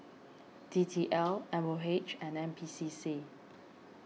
D T L M O H and N P C C